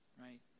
right